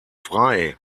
frei